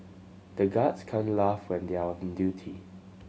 the guards can laugh when they are on the duty